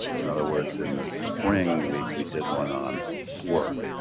in other words, in the spring we, we did one on work,